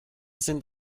sind